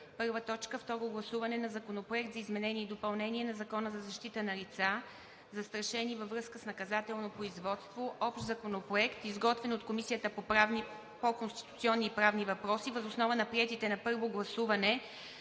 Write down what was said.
г.: „1. Второ гласуване на Законопроекта за изменение и допълнение на Закона за защита на лица, застрашени във връзка с наказателно производство. Общ законопроект, изготвен от Комисията по конституционни и правни въпроси въз основа на приетите на първо гласуване